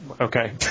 okay